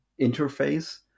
interface